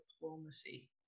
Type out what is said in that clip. diplomacy